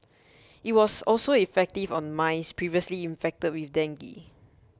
it was also effective on mice previously infected with dengue